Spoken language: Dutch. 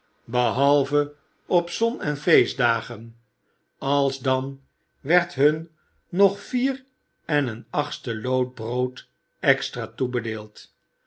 behalve op zon en feestdagen alsdan werd hun nog vier en een achtste lood brood extra toebedeeld